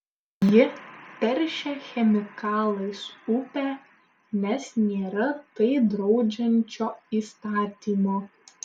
ji teršia chemikalais upę nes nėra tai draudžiančio įstatymo